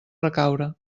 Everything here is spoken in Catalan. recaure